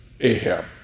Ahab